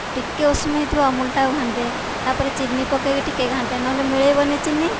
ଟିକେ ଉଷୁମ ହୋଇଥିବ ଅମୁଲଟାକୁ ଘାଣ୍ଟେ ତାପରେ ଚିନି ପକେଇକି ଟିକେ ଘାଣ୍ଟେ ନହେଲେ ମିଳେଇବନି ଚିନି